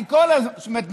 זאת אומרת,